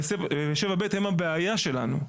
וסעיף 7(ב) הוא הבעיה שלנו.